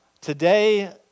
Today